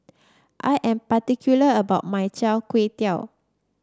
I am particular about my Char Kway Teow